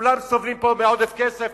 כולם סובלים פה מעודף כסף,